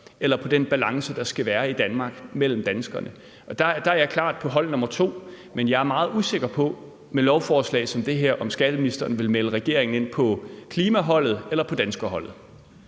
eller på den balance, som der skal være i Danmark mellem danskerne. Der er jeg klart på hold nummer to, men med lovforslag som det her er jeg meget usikker på, om skatteministeren vil melde regeringen ind på klimaholdet eller på danskerholdet.